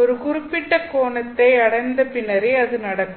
ஒரு குறிப்பிட்ட கோணத்தை அடைந்த பின்னரே அது நடக்கும்